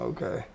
Okay